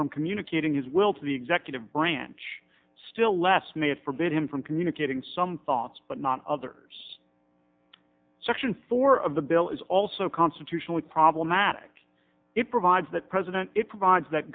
from communicating his will to the executive branch still less may have forbade him from communicating some thoughts but not others section four of the bill is also constitutionally problematic it provides that president it provides that